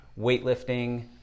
weightlifting